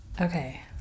Okay